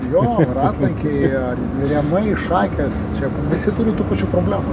jo ratlankiai rėmai šakės čia visi turi tų pačių problemų